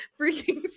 freaking